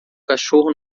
cachorro